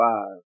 Five